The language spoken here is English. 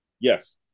Yes